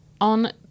On